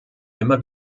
immer